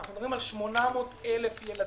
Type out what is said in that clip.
אנחנו מדברים על 800,000 ילדים,